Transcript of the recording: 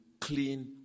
clean